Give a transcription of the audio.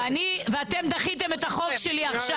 ואתם דחיתם את החוק שלי עכשיו.